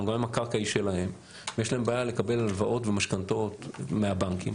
גם אם הקרקע היא שלהם ויש להם בעיה לקבל הלוואות ומשכנתאות מהבנקים,